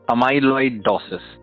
Amyloidosis